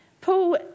Paul